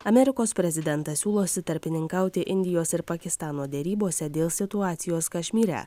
amerikos prezidentas siūlosi tarpininkauti indijos ir pakistano derybose dėl situacijos kašmyre